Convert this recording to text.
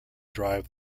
drive